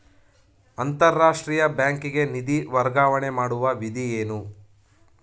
ಅಂತಾರಾಷ್ಟ್ರೀಯ ಬ್ಯಾಂಕಿಗೆ ನಿಧಿ ವರ್ಗಾವಣೆ ಮಾಡುವ ವಿಧಿ ಏನು?